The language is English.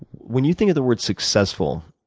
when you think of the word successful,